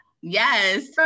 Yes